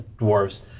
dwarves